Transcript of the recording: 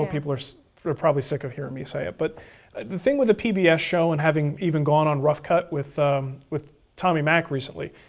people are probably sick of hearing me say it, but the thing with a pbs yeah show, and having even gone on rough cut with with tommy mac, recently,